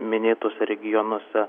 minėtuose regionuose